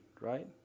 right